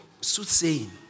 soothsaying